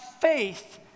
faith